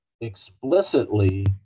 explicitly